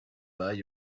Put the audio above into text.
buy